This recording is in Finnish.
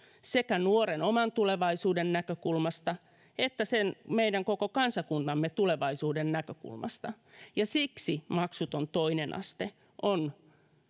sekä nuoren oman tulevaisuuden näkökulmasta että meidän koko kansakuntamme tulevaisuuden näkökulmasta ja siksi maksuton toinen aste on